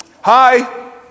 Hi